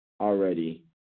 already